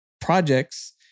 projects